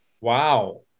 Wow